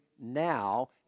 now